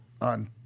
on